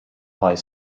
high